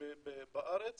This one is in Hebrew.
בארץ